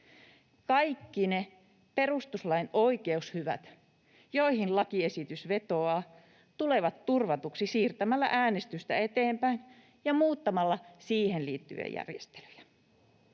Kaikki ne perustuslain oikeushyvät, joihin lakiesitys vetoaa, tulevat turvatuiksi siirtämällä äänestystä eteenpäin ja muuttamalla siihen liittyviä järjestelyjä.